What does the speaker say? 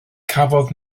cafodd